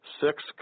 six